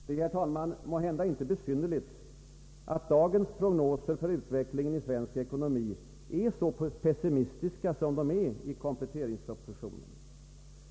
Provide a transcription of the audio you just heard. Det är, herr talman, måhända inte besynnerligt, att dagens prognoser för utvecklingen i svensk ekonomi är så pessimistiska som de är i kompletteringspropositionen.